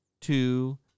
two